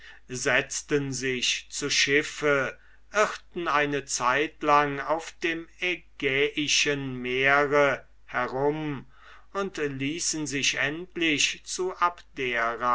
setzten sich zu schiffe irrten eine zeitlang auf dem ägeischen meere herum und ließen sich endlich zu abdera